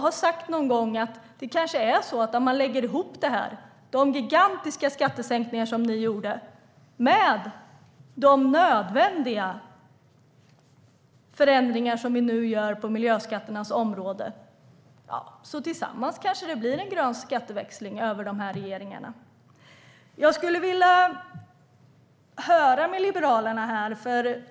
Lägger man ihop era gigantiska skattesänkningar med våra nödvändiga förändringar på miljöskatteområdet kanske det blir en grön skatteväxling under dessa regeringar.